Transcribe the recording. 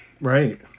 Right